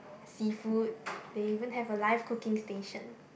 seafood they even have a live cooking station